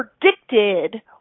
predicted